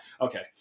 Okay